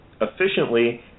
efficiently